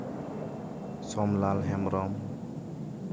Somlal Hembrom